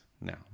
now